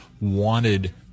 wanted